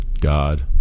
God